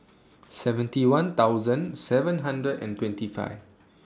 seventy one thousand seven hundred and twenty five